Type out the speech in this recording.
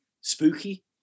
spooky